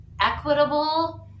equitable